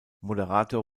moderator